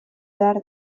behar